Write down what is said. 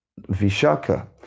Vishaka